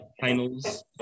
Finals